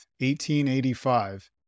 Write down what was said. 1885